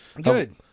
Good